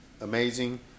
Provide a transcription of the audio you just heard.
amazing